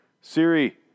Siri